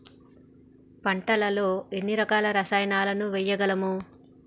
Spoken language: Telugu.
పంటలలో ఎన్ని రకాల రసాయనాలను వేయగలము?